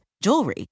jewelry